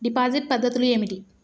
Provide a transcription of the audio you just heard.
Deposit పద్ధతులు ఏమిటి?